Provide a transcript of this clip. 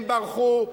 הם ברחו,